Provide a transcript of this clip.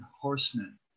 horsemen